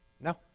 No